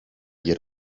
yer